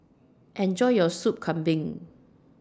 Enjoy your Soup Kambing